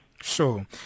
Sure